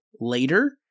later